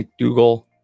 McDougall